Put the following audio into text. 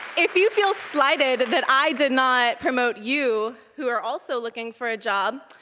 if you feel slighted that i did not promote you who are also looking for a job,